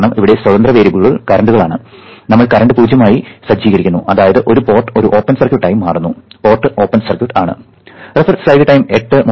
കാരണം ഇവിടെ സ്വതന്ത്ര വേരിയബിളുകൾ കറന്റുകളാണ് നമ്മൾ കറന്റ് 0 ആയി സജ്ജീകരിക്കുന്നു അതായത് ഒരു പോർട്ട് ഒരു ഓപ്പൺ സർക്യൂട്ട് ആയി മാറുന്നു പോർട്ട് ഓപ്പൺ സർക്യൂട്ട് ആണ്